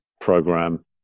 program